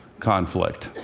conflict.